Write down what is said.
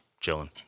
Chilling